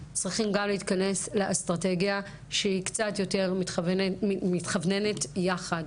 צריכים גם להתכנס לאסטרטגיה שהיא קצת יותר מתכווננת יחד.